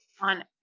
on